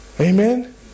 Amen